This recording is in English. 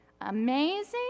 Amazing